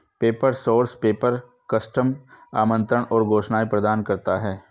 paper source paper, custom आमंत्रण और घोषणाएं प्रदान करता है